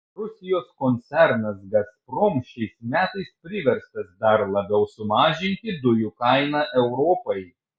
rusijos koncernas gazprom šiais metais priverstas dar labiau sumažinti dujų kainą europai